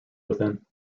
within